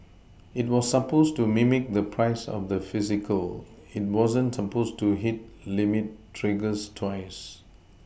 it was supposed to mimic the price of the physical it wasn't supposed to hit limit triggers twice